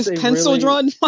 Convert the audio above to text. pencil-drawn